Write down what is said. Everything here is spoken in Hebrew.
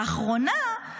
לאחרונה,